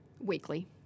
weekly